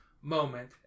moment